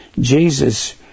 jesus